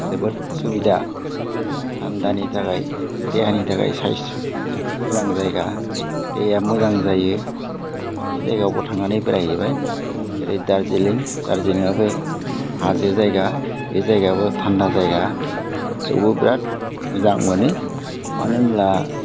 जोबोद सुबिदा थान्दानि थाखाय देहानि थाखाय सायस मोजां जायगा दैया मोजां जायो बे जायगायावबो थांनानै बेरायहैबाय जेरै दारजिलिं दारजिलिङाबो हाजो जायगा बे जायगायाबो थान्दा जायगा थेवबो बेराद मोजां मोनो मानो होनब्ला